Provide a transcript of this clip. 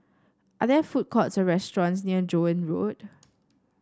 are there food courts or restaurants near Joan Road